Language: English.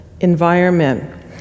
environment